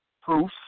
Proof